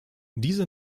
diese